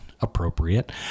appropriate